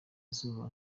izuba